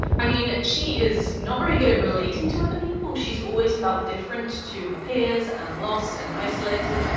i mean she is not very good at relating to other people, she's always felt different to her peers, and lost, and isolated,